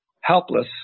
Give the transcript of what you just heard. helpless